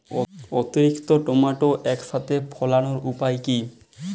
অতিরিক্ত টমেটো একসাথে ফলানোর উপায় কী?